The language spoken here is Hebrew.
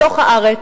בתוך הארץ.